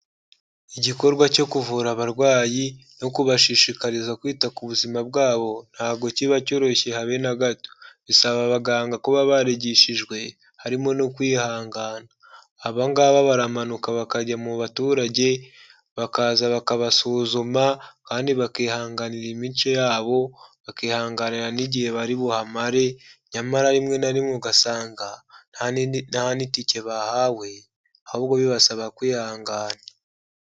Igikorwa cyo kuvura abarwayi no kubashishikariza kwita ku buzima bwabo ntabwo kiba cyoroshye habe na gato. Bisaba abaganga kuba barigishijwe harimo no kwihangana. Aba ngaba baramanuka bakajya mu baturage bakaza bakabasuzuma kandi bakihanganira imico yabo, bakihanganira n'igihe bari buhamare. Nyamara rimwe na rimwe ugasanga ahanini nta n'itike bahawe ahubwo bibasaba kwihangana.